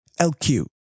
LQ